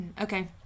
okay